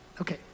Okay